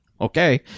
Okay